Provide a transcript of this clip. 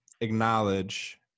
acknowledge